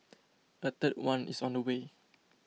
a third one is on the way